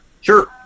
sure